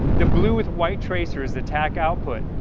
the blue with white tracer is the tac output.